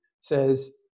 says